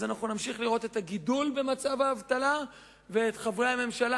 אז אנחנו נמשיך לראות את הגידול במצב האבטלה ואת חברי הממשלה,